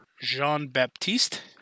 Jean-Baptiste